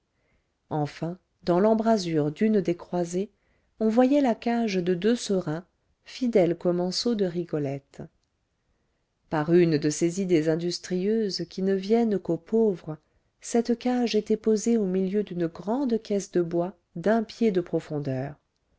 enfin dans l'embrasure d'une des croisées on voyait la cage de deux serins fidèles commensaux de rigolette par une de ces idées industrieuses qui ne